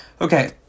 Okay